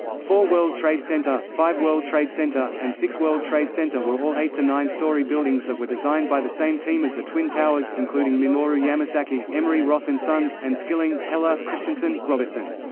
four world trade center, five world trade center, and six world trade center were all eight nine story buildings that were designed by the same team as the twin towers, including minoru yamasaki emery roth and sons and skilling, helle, ah christiansen, robertson.